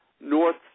North